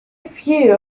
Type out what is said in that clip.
few